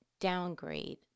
downgrade